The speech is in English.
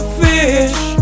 fish